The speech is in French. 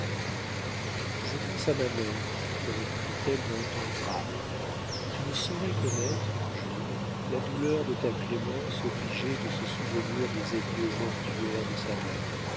je pense à ma mère répondit-elle d'un ton grave tu ne saurais connaître jules la douleur de ta clémence obligée de se souvenir des adieux mortuaires de sa mère